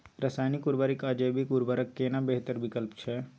रसायनिक उर्वरक आ जैविक उर्वरक केना बेहतर विकल्प छै?